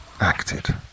acted